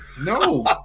No